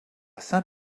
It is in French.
saint